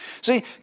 See